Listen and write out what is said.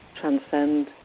transcend